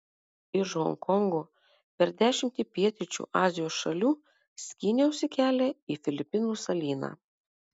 iš honkongo per dešimtį pietryčių azijos šalių skyniausi kelią į filipinų salyną